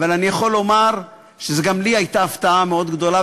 אבל אני יכול לומר שגם לי זו הייתה הפתעה מאוד גדולה.